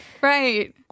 Right